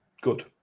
good